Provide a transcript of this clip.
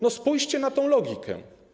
No spójrzcie na tę logikę.